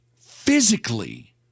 physically